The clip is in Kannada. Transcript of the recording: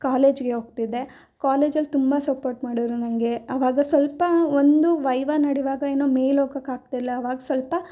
ಕಾಲೇಜಿಗೆ ಹೋಗ್ತಿದ್ದೆ ಕಾಲೇಜಲ್ಲಿ ತುಂಬ ಸಪೋರ್ಟ್ ಮಾಡಿದ್ರು ನನಗೆ ಅವಾಗ ಸ್ವಲ್ಪ ಒಂದು ವೈವ ನಡೆವಾಗ ಏನೋ ಮೇಲೆ ಹೋಗೋಕ್ಕಾಗ್ತಿಲ್ಲ ಅವಾಗ ಸ್ವಲ್ಪ